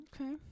Okay